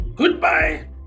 Goodbye